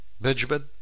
Benjamin